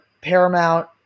Paramount